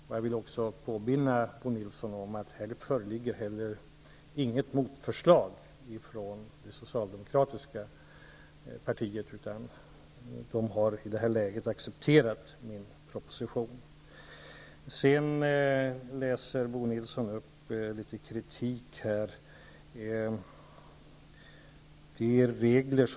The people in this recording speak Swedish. Jag vill påminna Bo Nilsson om att det på denna punkt inte föreligger något motförslag från Socialdemokraterna, som i detta har läge accepterat min proposition. Bo Nilsson läser upp kritik som har framförts.